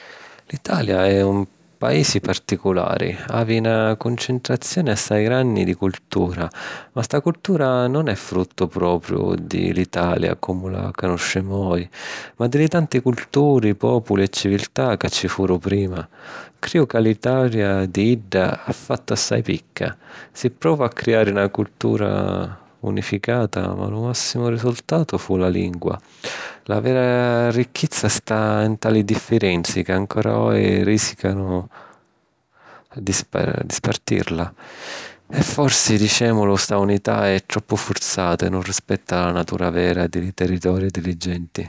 L’Italia è un paisi particolari. Havi na cuncentrazioni assai granni di cultura, ma sta cultura nun è fruttu propiu di l’Italia comu la canuscemu oji, ma di li tanti culturi, pòpuli e civiltà ca ci foru prima. Criju ca l’Italia, di idda, ha fattu assai picca. Si pruvò a criari na cultura unificata, ma lu màssimu risultatu fu la lingua. La vera ricchizza sta nta li differenzi, ca ancora oji rìsicanu di spàrtirla. E forsi, dicèmulu, sta unità è troppu furzata e nun rispetta la natura vera di li territori e di li genti.